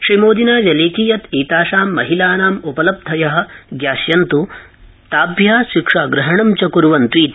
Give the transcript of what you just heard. श्रीमोदिना व्यलेखि यत् एताषां महिलानां उपलब्धय ज्ञास्यन्त् ताभ्य शिक्षाग्रहणं च कुर्वन्त्वति